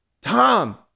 Tom